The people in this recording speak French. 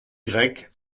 grecque